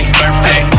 birthday